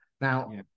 Now